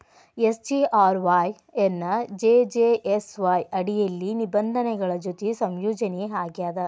SGRY ಎನ್ನಾ JJSY ಅಡಿಯಲ್ಲಿ ನಿಬಂಧನೆಗಳ ಜೊತಿ ಸಂಯೋಜನಿ ಆಗ್ಯಾದ